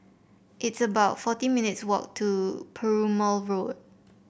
it's about forty minutes' walk to Perumal Road